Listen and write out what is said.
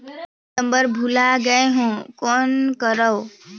Pin number भुला गयें हो कौन करव?